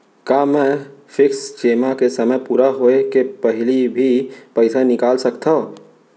का मैं फिक्स जेमा के समय पूरा होय के पहिली भी पइसा निकाल सकथव?